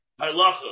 Halacha